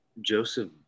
Joseph